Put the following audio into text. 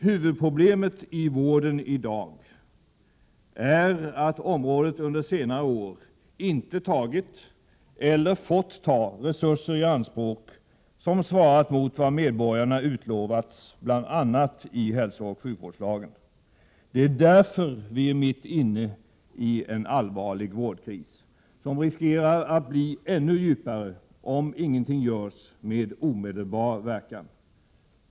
Huvudproblemet i vården i dag är att området under senare år inte tagit eller fått ta resurser i anspråk som svarat mot vad medborgarna utlovats bl.a. i hälsooch sjukvårdslagen. Det är därför vi är mitt inne i en allvarlig vårdkris som riskerar att bli ännu djupare om ingenting görs med omedelbar verkan.